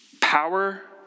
Power